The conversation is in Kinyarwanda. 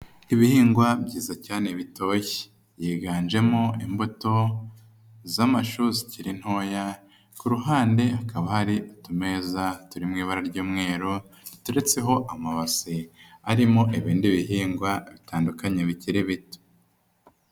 Ibihingwa byizasa cyane bitoshye. Byiganjemo imbuto z'amashu zikiriri ntoya, ku ruhande hakaba hari utumeza turi mu ibara ry'umweru, duturetseho amabase arimo ibindi bihingwa bitandukanye bikiri bito.